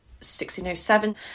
1607